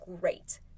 great